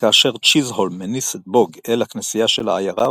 כאשר צ'יזהולם מניס את בוג אל הכנסייה של העיירה,